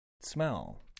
smell